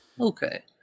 Okay